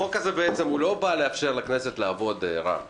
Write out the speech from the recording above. החוק הזה לא בא לאפשר לכנסת לעבוד, רם שפע.